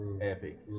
epic